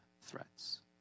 threats